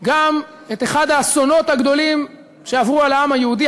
גם את אחד האסונות הגדולים שעברו על העם היהודי,